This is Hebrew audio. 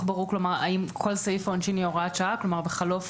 האם כל סעיף העונשין יהיה הוראת שעה כך שבחלוף